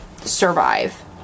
survive